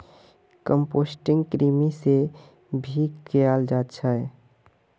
composting कृमि से भी कियाल जा छे